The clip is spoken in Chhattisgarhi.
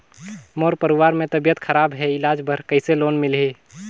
मोर परवार मे तबियत खराब हे इलाज बर कइसे लोन मिलही?